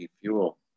fuel